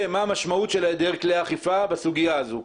מה המשמעות של היעדר כלי האכיפה בסוגיה הזאת.